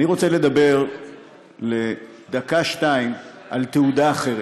אני רוצה לדבר דקה-שתיים על תעודה אחרת.